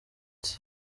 ati